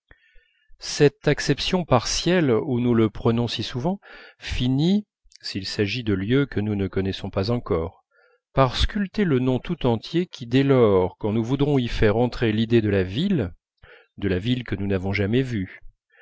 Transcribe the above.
cette acception partielle où nous le prenons si souvent finit s'il s'agit de lieux que nous ne connaissons pas encore par sculpter le nom tout entier qui dès lors quand nous voudrons y faire entrer l'idée de la ville de la ville que nous n'avons jamais vue